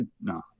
no